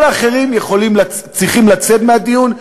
כל האחרים צריכים לצאת מהדיון,